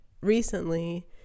recently